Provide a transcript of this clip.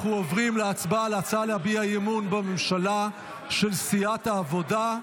אנחנו עוברים להצבעה על ההצעה להביע אי-אמון בממשלה של סיעת העבודה.